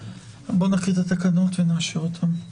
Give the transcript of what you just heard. בואי נקריא את התקנות ונאשר אותן.